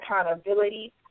accountability